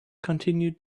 continue